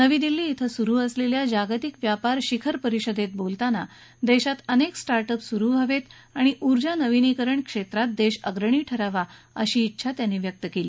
नवी दिल्ली ध्वे सुरू असलेल्या जागतिक व्यापार शिखर परिषदेत बोलताना देशात अनेक स्टार्टअप सुरू व्हावेत आणि ऊर्जा नूतनीकरण क्षेत्रात देश अग्रणी ठरावा अशी डेछा त्यांनी व्यक्त केली